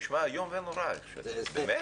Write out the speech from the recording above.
זה נשמע איום ונורא, באמת?